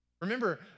Remember